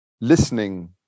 listening